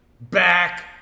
back